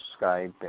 Skype